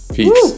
Peace